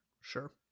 sure